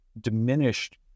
diminished